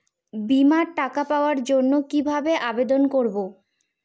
বিমার টাকা পাওয়ার জন্য কিভাবে আবেদন করব?